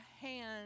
hand